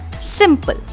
Simple